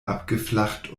abgeflacht